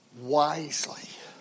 wisely